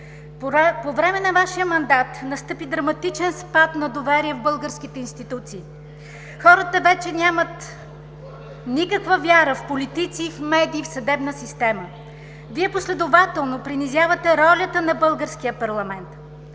По време на Вашия мандат настъпи драматичен спад на доверие в българските институции! Хората вече нямат никаква вяра в политици, в медии, в съдебна система. Вие последователно принизявате ролята на българския парламент!